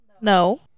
No